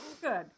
Good